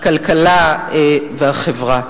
הכלכלה והחברה.